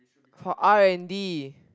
for R and D